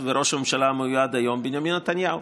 וראש הממשלה המיועד היום בנימין נתניהו.